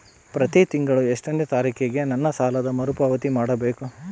ಪ್ರತಿ ತಿಂಗಳು ಎಷ್ಟನೇ ತಾರೇಕಿಗೆ ನನ್ನ ಸಾಲದ ಮರುಪಾವತಿ ಮಾಡಬೇಕು?